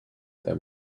there